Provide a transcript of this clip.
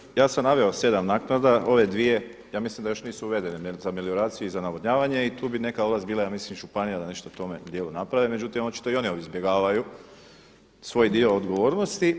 Kolega Žagar, ja sam naveo sedam naknada, ove dvije ja mislim da još nisu uvedene za melioraciju i za navodnjavanje i tu bi neka ovlast bila ja mislim da županija da nešto u tome dijelu napravi međutim očito i oni izbjegavaju svoj dio odgovornosti.